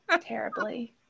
Terribly